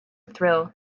thrill